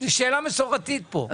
זו שאלה מסורתית פה,